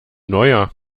neuer